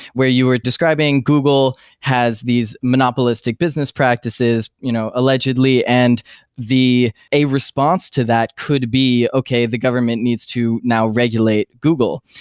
where you are describing google has these monopolistic business practices you know allegedly, and a response to that could be, okay. the government needs to, now, regulate google.